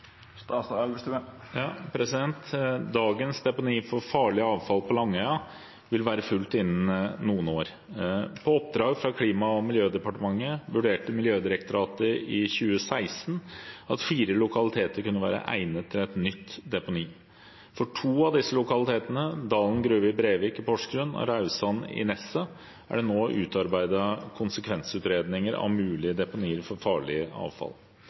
Dagens deponi for farlig avfall på Langøya vil være fullt innen noen år. På oppdrag fra Klima- og miljødepartementet vurderte Miljødirektoratet i 2016 at fire lokaliteter kunne være egnet til et nytt deponi. For to av disse lokalitetene, Dalen gruve i Brevik i Porsgrunn og Raudsand i Nesset, er det nå utarbeidet konsekvensutredninger av mulige deponier for farlig avfall.